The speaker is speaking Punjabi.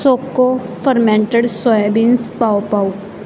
ਸੋਕੋ ਫਰਮੈਂਟਡ ਸੋਇਆਬੀਨਸ ਪਾਓ ਪਾਓ